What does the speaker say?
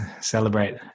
celebrate